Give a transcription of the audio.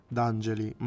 D'Angeli